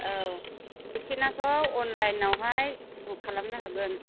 औ थिखिटआखौ अनलाइनावहाय बुख खालामनो हागोन